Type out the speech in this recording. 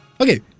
Okay